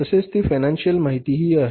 तसेच ती फीनंसिअल माहिती हि आहे